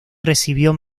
recibió